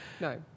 No